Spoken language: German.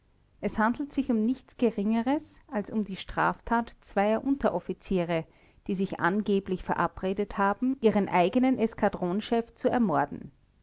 es handelt sich um nichts geringeres als um die straftat zweier unteroffiziere die sich angeblich verabredet haben ihren eigenen eskadronchef zu ermorden